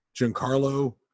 Giancarlo